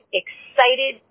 excited